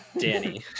Danny